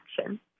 action